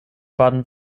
baden